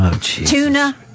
tuna